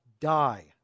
die